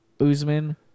Usman